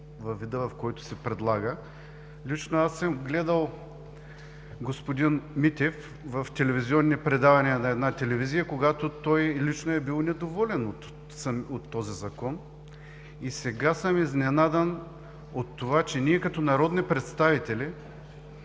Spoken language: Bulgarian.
във вида, в който се предлага. Лично аз съм гледал господин Митев в телевизионни предавания на една телевизия, когато той е бил недоволен от този Закон. И сега съм изненадан, че ние, като народни представители,